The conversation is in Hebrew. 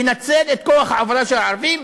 לנצל את כוח העבודה של הערבים,